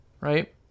right